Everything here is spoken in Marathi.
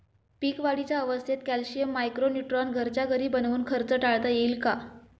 पीक वाढीच्या अवस्थेत कॅल्शियम, मायक्रो न्यूट्रॉन घरच्या घरी बनवून खर्च टाळता येईल का?